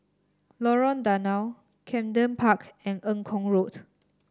Lorong Danau Camden Park and Eng Kong Road